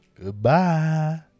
Goodbye